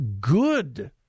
good